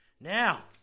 Now